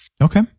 Okay